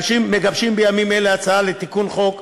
מגבשים בימים אלה הצעה לתיקון חוק,